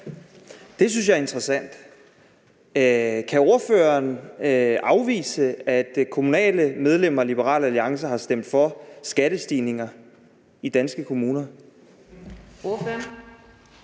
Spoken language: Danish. Det synes jeg er interessant. Kan ordføreren afvise, at kommunale medlemmer af Liberal Alliance har stemt for skattestigninger i danske kommuner?